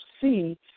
see